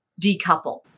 decouple